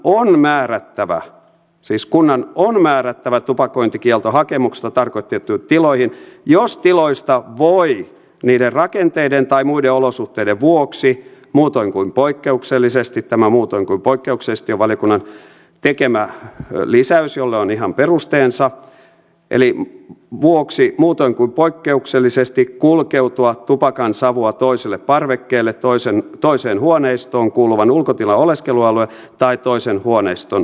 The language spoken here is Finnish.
kunnan on määrättävä siis kunnan on määrättävä tupakointikielto hakemuksessa tarkoitettuihin tiloihin jos tiloista voi niiden rakenteiden tai muiden olosuhteiden vuoksi muutoin kuin poikkeuksellisesti tämä muutoin kuin poikkeuksellisesti on valiokunnan tekemä lisäys jolle on ihan perusteensa peli vuoksi muutoin kuin poikkeuksellisesti kulkeutua tupakansavua toiselle parvekkeelle toiseen huoneistoon kuuluvan ulkotilan oleskelualueelle tai toisen huoneiston sisätiloihin